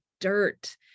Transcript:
dirt